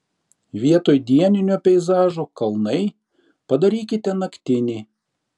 vietoj dieninio peizažo kalnai padarykite naktinį